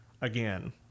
again